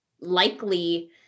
likely